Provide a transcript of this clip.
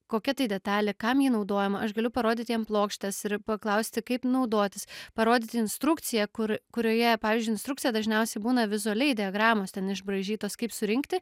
kokia tai detalė kam ji naudojama aš galiu parodyti jam plokštes ir paklausti kaip naudotis parodyti instrukciją kur kurioje pavyzdžiui instrukcija dažniausiai būna vizualiai diagramos ten išbraižytos kaip surinkti